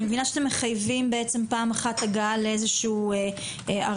אני מבינה שאתם מחייבים בעצם פעם אחת הגעה לאיזשהו ארכיון.